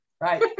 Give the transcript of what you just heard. Right